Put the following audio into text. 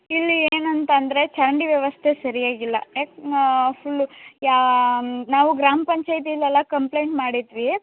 ಇಲ್ಲಿ ಏನಂತ ಅಂದರೆ ಚರಂಡಿ ವ್ಯವಸ್ಥೆ ಸರಿಯಾಗಿಲ್ಲ ಏಕೆ ಮಾ ಫುಲ್ಲು ಯಾ ನಾವು ಗ್ರಾಮ ಪಂಚಾಯ್ತಿಲೆಲ ಕಂಪ್ಲೇಂಟ್ ಮಾಡಿದ್ವಿ